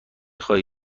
خواهی